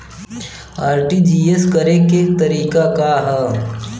RTGS करे के तरीका का हैं?